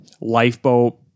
lifeboat